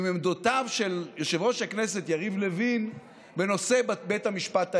עם עמדותיו של יושב-ראש הכנסת יריב לוין בנושא בית המשפט העליון.